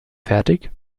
fertig